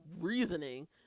reasoning